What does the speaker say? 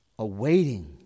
awaiting